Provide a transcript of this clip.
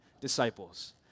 disciples